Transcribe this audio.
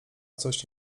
coś